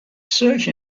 search